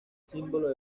símbolo